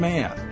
Man